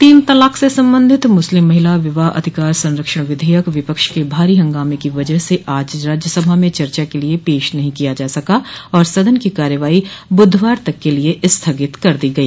तीन तलाक़ से संबंधित मुस्लिम महिला विवाह अधिकार संरक्षण विधेयक विपक्ष के भारी हंगामे की वजह से आज राज्यसभा में चर्चा के लिये पेश नहीं किया जा सका और सदन की कार्यवाही बुधवार तक के लिये स्थगित कर दी गई